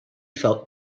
felt